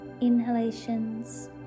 inhalations